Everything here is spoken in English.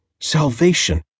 salvation